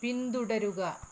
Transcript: പിന്തുടരുക